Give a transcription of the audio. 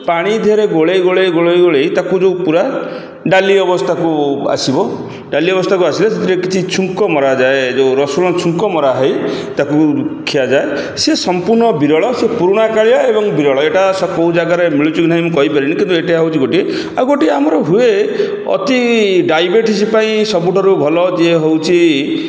ପାଣି ଦେହରେ ଗୋଳେଇ ଗୋଳେଇ ଗୋଳେଇ ଗୋଳେଇ ତାକୁ ଯେଉଁ ପୁରା ଡାଲି ଅବସ୍ଥାକୁ ଆସିବ ଡାଲି ଅବସ୍ଥାକୁ ଆସିଲେ ସେଥିରେ କିଛି ଛୁଙ୍କ ମରାଯାଏ ଯେଉଁ ରସୁଣ ଛୁଙ୍କ ମରା ହୋଇ ତାକୁ ଖିଆଯାଏ ସେ ସମ୍ପୂର୍ଣ୍ଣ ବିରଳ ସେ ପୁରୁଣା କାଳିଆ ଏବଂ ବିରଳ ଏଇଟା କେଉଁ ଜାଗାରେ ମିଳୁଛି କି ନାହିଁ ମୁଁ କହିପାରିନି କିନ୍ତୁ ଏଇଟା ହେଉଛି ଗୋଟିଏ ଆଉ ଗୋଟିଏ ଆମର ହୁଏ ଅତି ଡାଇବେଟିସ୍ ପାଇଁ ସବୁଠାରୁ ଭଲ ଯିଏ ହେଉଛି